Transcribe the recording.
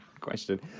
question